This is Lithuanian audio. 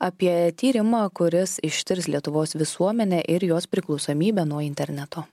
apie tyrimą kuris ištirs lietuvos visuomenę ir jos priklausomybę nuo interneto